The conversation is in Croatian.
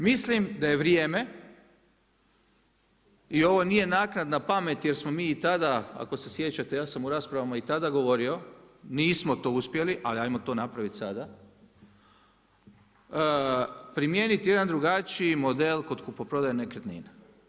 Mislim da je vrijeme i ovo nije naknadna pamet jer smo mi i tada, ako se sjećate, ja sam u raspravama i tada govorio, nismo to uspjeli ali ajmo to napraviti sada, primijeniti jedan drugačiji model kod kupoprodaje nekretnina.